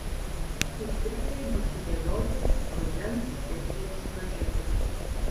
paskutiniai štrichai bus sudėlioti rudens sesijos pradžioje